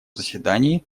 заседании